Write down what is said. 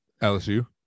lsu